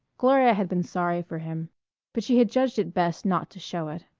gloria had been sorry for him but she had judged it best not to show it.